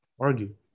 argue